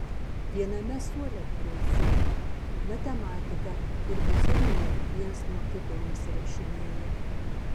viename suole berods sėdi matematiką irgi chemiją viens nuo kito nusirašinėja